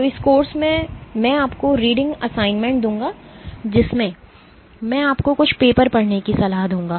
तो इस कोर्स में मैं आपको रीडिंग असाइनमेंट दूंगा जिसमें मैं आपको कुछ पेपर पढ़ने की सलाह दूंगा